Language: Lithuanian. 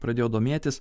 pradėjo domėtis